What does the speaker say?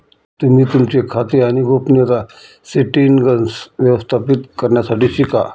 तुम्ही तुमचे खाते आणि गोपनीयता सेटीन्ग्स व्यवस्थापित करण्यास शिका